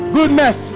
Goodness